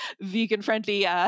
vegan-friendly